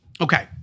Okay